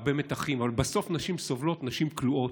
והרבה מתחים, אבל בסוף נשים סובלות, נשים כלואות.